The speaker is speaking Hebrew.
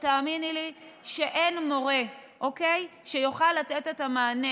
ותאמיני לי שאין מורה שיוכל לתת את המענה